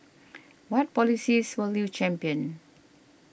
what policies will you champion